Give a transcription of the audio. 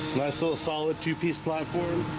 last little solid two-piece platform